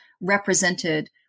represented